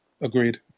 Agreed